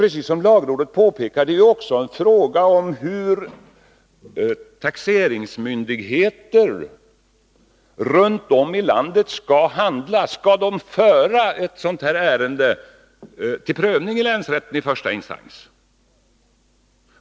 Det här är, som lagrådet också påpekar, en fråga om hur taxeringsmyndigheter runt om i landet skall handla. Skall de föra ärenden om skatteflykt till prövning i länsrätten som första instans?